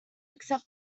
accept